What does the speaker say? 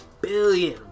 billion